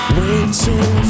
waiting